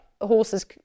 Horses